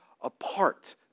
apart